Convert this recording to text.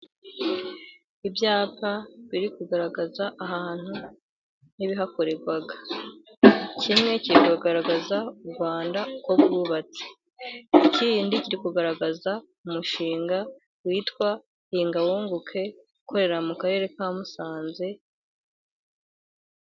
Ibyapa biri kugaragaza ahantu n'ibihakorerwa. Kimwe kiri kugaragaza u Rwanda uko rwubatse. Ikindi kiri kugaragaza umushinga witwa Hinga wunguke, ukorera mu Karere ka Musanze.